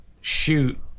shoot